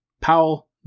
Powell